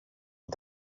την